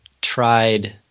tried